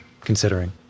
considering